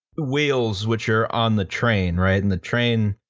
wheels which are on the train, right, and the train,